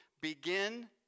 begin